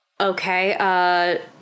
Okay